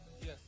yes